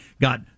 got